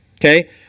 okay